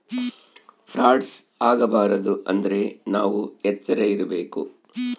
frauds ಆಗಬಾರದು ಅಂದ್ರೆ ನಾವ್ ಎಚ್ರ ಇರ್ಬೇಕು